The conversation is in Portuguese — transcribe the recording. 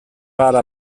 para